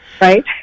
Right